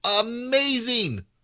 Amazing